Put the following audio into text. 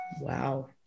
Wow